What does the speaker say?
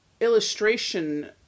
illustration